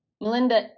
Melinda